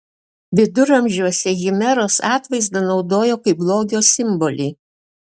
viduramžiuose chimeros atvaizdą naudojo kaip blogio simbolį